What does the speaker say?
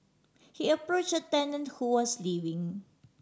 he approach a tenant who was leaving